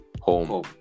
home